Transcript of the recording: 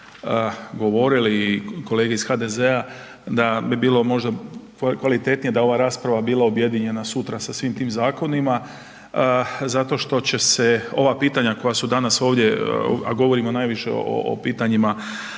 govorili i kolege iz HDZ-a da bi bilo možda kvalitetnije da je ova rasprava bila objedinjena sutra sa svim tim zakonima zato što će se ova pitanja koja su danas ovdje, a govorimo najviše o, o pitanjima